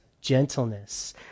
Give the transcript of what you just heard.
Gentleness